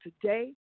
today